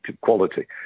quality